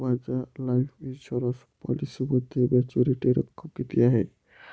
माझ्या life insurance पॉलिसीमध्ये maturity रक्कम किती आहे?